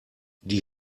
die